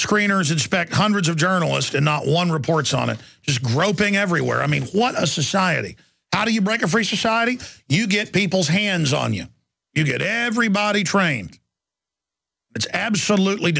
screeners inspect hundreds of journalists and not one reports on it is groping everywhere i mean what a society how do you break a free society you get people's hands on you you get everybody trained it's absolutely